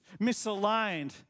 misaligned